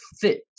fit